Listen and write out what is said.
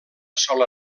sola